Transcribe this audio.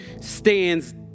stands